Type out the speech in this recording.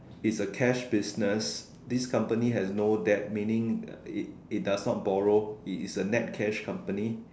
it's a cash business this company has no debt meaning uh it does not borrow it is a net cash company